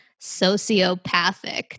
sociopathic